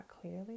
clearly